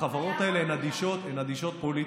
החברות האלה הן אדישות לפוליטיקה.